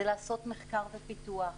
זה לעשות מחקר ופיתוח.